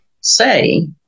say